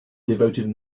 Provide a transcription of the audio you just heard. devoted